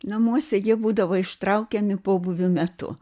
namuose jie būdavo ištraukiami pobūvių metu